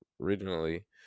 originally